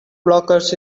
blockers